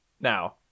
now